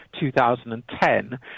2010